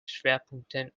schwerpunkten